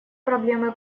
проблемы